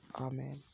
Amen